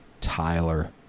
Tyler